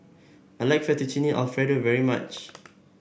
I like Fettuccine Alfredo very much